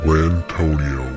Lantonio